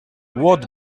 what